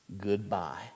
goodbye